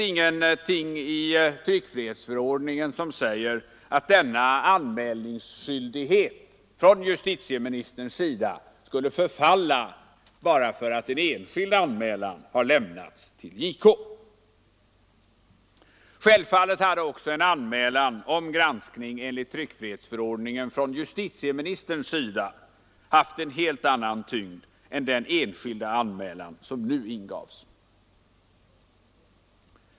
Ingenting i tryckfrihetsförordningen säger att denna anmälningsskyldighet från justitieministerns sida skulle förfalla bara för att en enskild anmälan lämnats till justitiekanslern. Självfallet hade också en anmälan från justitieministern om granskning enligt tryckfrihetsförordningen haft en helt annan tyngd än den enskilda anmälan som nu ingavs.